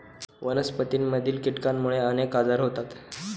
वनस्पतींमधील कीटकांमुळे अनेक आजार होतात